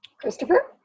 Christopher